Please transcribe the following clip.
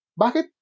Bakit